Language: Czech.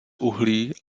uhlí